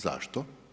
Zašto?